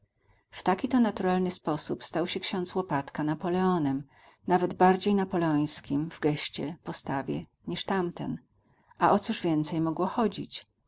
taki to naturalny sposób stał się ksiądz łopatka napoleonem nawet bardziej napoleońskim w geście postawie niż tamten a o cóż więcej mogło chodzić